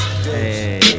hey